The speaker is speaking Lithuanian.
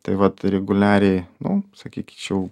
tai vat reguliariai nu sakykčiau